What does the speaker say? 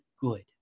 good